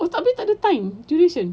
oh tapi tak ada time duration